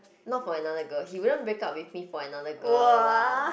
not for another girl he wouldn't break up with me for another girl lah